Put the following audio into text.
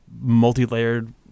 multi-layered